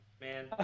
man